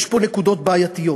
יש פה נקודות בעייתיות,